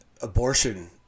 abortion